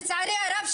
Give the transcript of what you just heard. לצערי הרב,